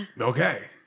Okay